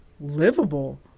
livable